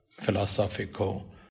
philosophical